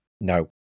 No